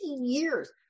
years